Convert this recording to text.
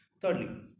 thirdly